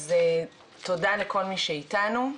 אז תודה לכל מי שאיתנו,